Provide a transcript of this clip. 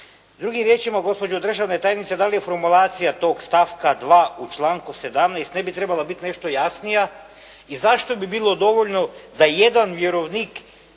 Drugim riječima gospođo državna tajnice, da li je formulacija toga stavka 2. u članku 17. ne bi trebala biti nešto jasnija i zašto bi bilo dovoljno da jedan vjerovnik